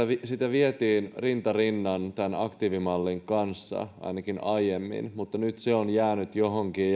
vietiin rinta rinnan tämän aktiivimallin kanssa ainakin aiemmin mutta nyt se on jäänyt johonkin